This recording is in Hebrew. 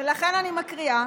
לכן אני מקריאה.